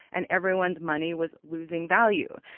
and everyone's money was losing value.